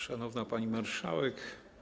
Szanowna Pani Marszałek!